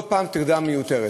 לא פעם טרדה מיותרת.